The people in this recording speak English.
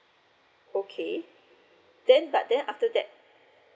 okay then but then after that